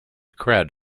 crowd